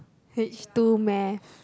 H-two math